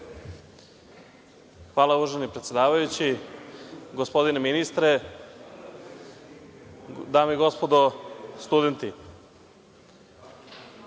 Hvala, uvaženi predsedavajući. Gospodine ministre, dame i gospodo studenti,